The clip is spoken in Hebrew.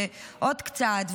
עוד קצת,